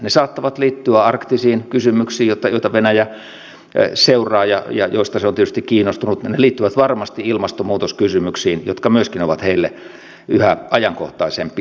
ne saattavat liittyä arktisiin kysymyksiin joita venäjä seuraa ja joista se on tietysti kiinnostunut ja ne liittyvät varmasti ilmastonmuutoskysymyksiin jotka myöskin ovat heille yhä ajankohtaisempia